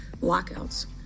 lockouts